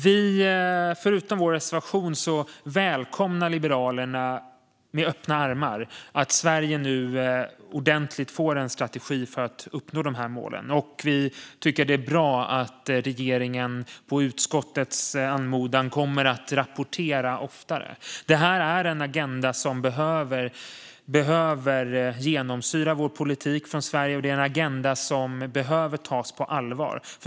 Vid sidan av vår reservation välkomnar Liberalerna med öppna armar att Sverige nu får en ordentlig strategi för att uppnå dessa mål. Vi tycker att det är bra att regeringen på utskottets anmodan kommer att rapportera oftare. Detta är en agenda som behöver genomsyra Sveriges politik och som behöver tas på allvar.